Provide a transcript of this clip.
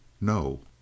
no